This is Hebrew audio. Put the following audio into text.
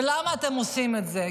ולמה אתם עושים את זה?